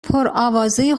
پرآوازه